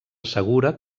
assegura